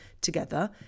together